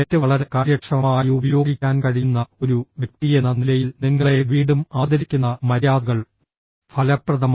net വളരെ കാര്യക്ഷമമായി ഉപയോഗിക്കാൻ കഴിയുന്ന ഒരു വ്യക്തിയെന്ന നിലയിൽ നിങ്ങളെ വീണ്ടും ആദരിക്കുന്ന മര്യാദകൾ ഫലപ്രദമായി